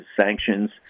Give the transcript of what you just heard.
sanctions